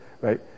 right